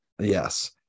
Yes